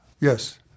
yes